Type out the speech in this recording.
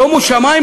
שומו שמים,